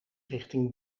richting